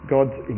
God's